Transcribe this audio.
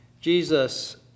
Jesus